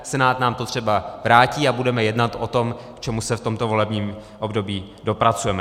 Senát nám to třeba vrátí a budeme jednat o tom, k čemu se v tomto volebním období dopracujeme.